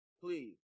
please